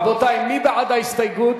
רבותי, מי בעד ההסתייגות?